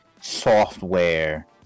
software